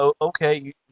okay